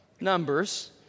Numbers